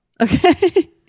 Okay